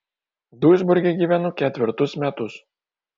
duisburge gyvenu ketvirtus metus